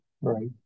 Right